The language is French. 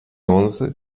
onze